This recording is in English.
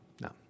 No